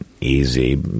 easy